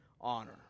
honor